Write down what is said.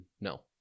No